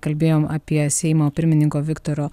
kalbėjom apie seimo pirmininko viktoro